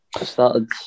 Started